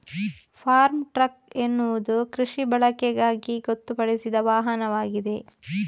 form truck ಎನ್ನುವುದು ಕೃಷಿ ಬಳಕೆಗಾಗಿ ಗೊತ್ತುಪಡಿಸಿದ ವಾಹನವಾಗಿದೆ